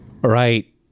Right